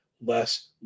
less